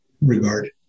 regard